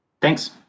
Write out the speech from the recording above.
Thanks